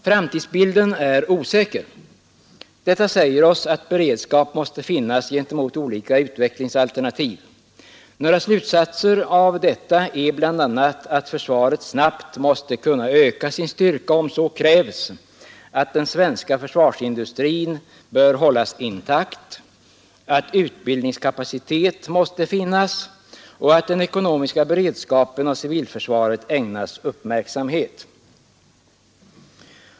Framtidsbilden är osäker. Detta säger oss att beredskap måste finnas gentemot olika utvecklingsalternativ. Några slutsatser av detta är bl.a. att försvaret snabbt måste kunna öka sin styrka om så krävs, att den svenska försvarsindustrin bör hållas intakt, att utbildningskapacitet måste finnas och att den ekonomiska beredskapen och civilförsvaret ägnas uppmärksamhet.